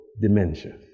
dementia